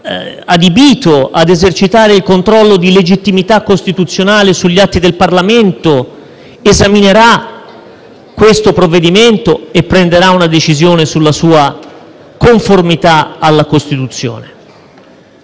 adibito ad esercitare il controllo di legittimità costituzionale sugli atti del Parlamento lo esaminerà e prenderà una decisione sulla sua conformità alla Costituzione.